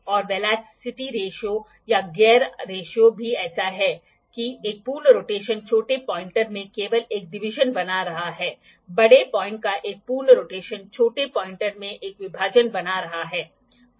और वेलोसिटी अनुपात या गियर अनुपात भी ऐसा है कि एक पूर्ण रोटेशन छोटे पॉइंटर में केवल एक डिवीजन बना रहा है बड़े पॉइंट का एक पूर्ण रोटेशन छोटे पॉइंटर में एक विभाजन बना रहा है